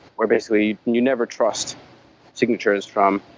or basically you never trust signatures from